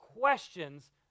questions